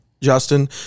Justin